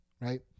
right